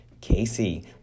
Casey